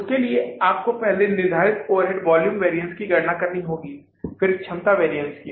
उसके लिए आपको पहले निर्धारित ओवरहेड वॉल्यूम वैरिअन्स की गणना करनी होगी फिर क्षमता वैरिअन्स की